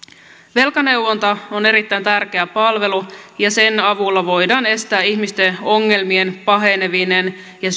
velkaneuvonta on erittäin tärkeä palvelu ja sen avulla voidaan estää ihmisten ongelmien paheneminen ja